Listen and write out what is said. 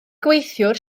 gweithiwr